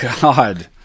God